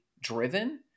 driven